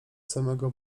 samego